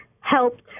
helped